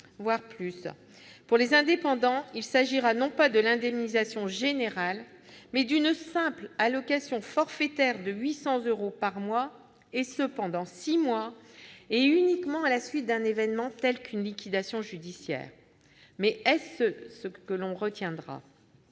minimum. Pour les indépendants, il s'agira non pas de l'indemnisation générale, mais d'une simple allocation forfaitaire de 800 euros par mois pendant six mois, et uniquement à la suite d'un événement tel qu'une liquidation judiciaire. Mais est-ce ce que l'on retiendra ?